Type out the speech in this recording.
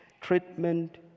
treatment